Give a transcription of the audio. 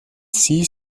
sie